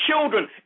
children